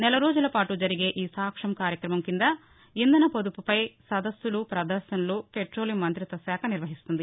నెలరోజులపాటు జరిగే ఈ సాక్షం కార్యక్రమం కింద ఇంధన పొదుపుపై సదస్సులు ప్రదర్శనలను పెట్రోలియం మంతిత్వ శాఖ నిర్వహిస్తుంది